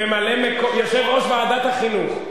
מה זה חבר הכנסת, יושב-ראש ועדת החינוך.